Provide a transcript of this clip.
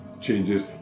changes